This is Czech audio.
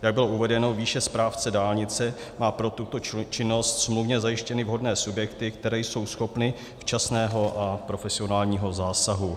Jak bylo uvedeno výše, správce dálnice má pro tuto činnost smluvně zajištěny vhodné subjekty, které jsou schopny včasného a profesionálního zásahu.